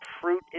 fruit